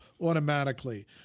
automatically